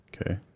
Okay